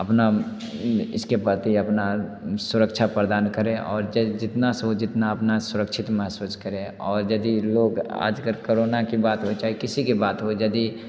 अपना इसके प्रति अपना सुरक्षा प्रदान करें और जितना से हो जितना अपना सुरक्षित महसूस करें और यदि लोग आज अगर करोना कि बात हो चाहे किसी के बात हो यदि